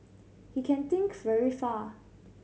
he can think very far